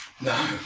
No